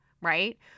right